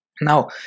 now